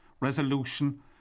resolution